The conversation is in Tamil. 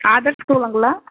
ஆதர்ஸ் ஸ்கூலுங்களா